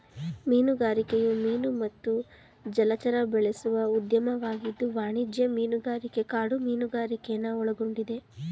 ಮೀನುಗಾರಿಕೆಯು ಮೀನು ಮತ್ತು ಜಲಚರ ಬೆಳೆಸುವ ಉದ್ಯಮವಾಗಿದ್ದು ವಾಣಿಜ್ಯ ಮೀನುಗಾರಿಕೆ ಕಾಡು ಮೀನುಗಾರಿಕೆನ ಒಳಗೊಂಡಿದೆ